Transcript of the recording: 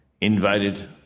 invited